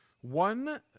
One